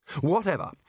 Whatever